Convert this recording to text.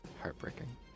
Heartbreaking